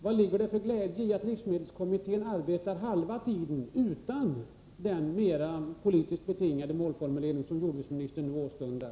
Vad är det för glädje med att livsmedelskommittén arbetar halva tiden utan den mer politiskt betingade målformulering som jordbruksministern åstundar?